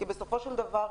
בסופו של דבר,